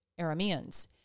Arameans